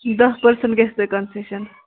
دَہ پٔرسَنٛٹ گژھِ تۄہہِ کَنسیشَن